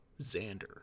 Xander